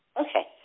Okay